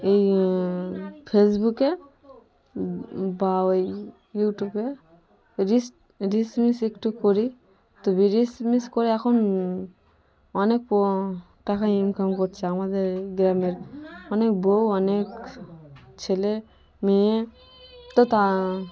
এই ফেসবুকে বা ওই ইউটিউবে রিলস রিলস মিস একটু করি তো ওই রিলস মিস করে এখন অনেক পো টাকা ইনকাম করছে আমাদের এই গ্রামের অনেক বউ অনেক ছেলে মেয়ে তো তা